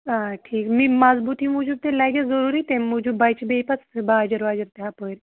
آ ٹھیٖک می مضبوٗطی موٗجوٗب تہِ لگیٚس ضروٗری تَمہِ موٗجوٗب بَچہِ بیٚیہِ پَتہٕ باجر واجَر تہِ ہَپٲرۍ